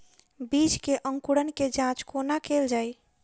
बीज केँ अंकुरण केँ जाँच कोना केल जाइ?